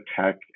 tech